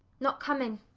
not coming,